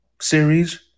series